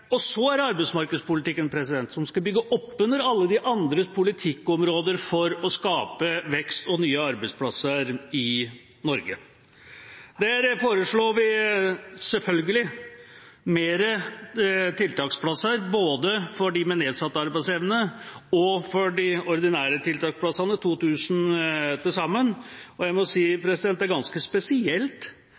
Så er det arbeidsmarkedspolitikken, som skal bygge opp under alle de andre politikkområder for å skape vekst og nye arbeidsplasser i Norge. Der foreslår vi selvfølgelig flere tiltaksplasser, både plasser for dem med nedsatt arbeidsevne og ordinære tiltaksplasser – 2 000 til sammen. Jeg må si det er ganske spesielt